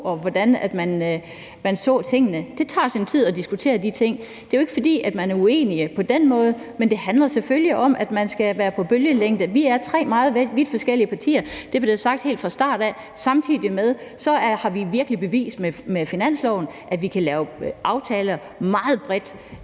til hvordan man så på tingene? Det tager sin tid at diskutere de ting. Det er jo ikke, fordi man er uenige på den måde, men det handler selvfølgelig om, at man skal være på bølgelængde. Vi er tre vidt forskellige partier – det blev sagt helt fra start af – og samtidig med det har vi virkelig bevist med finansloven, at vi kan lave aftaler meget bredt